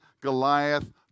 Goliath